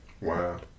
Wow